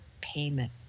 payment